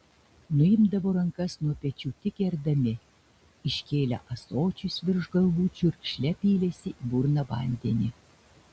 nuimdavo rankas nuo pečių tik gerdami iškėlę ąsočius virš galvų čiurkšle pylėsi į burną vandenį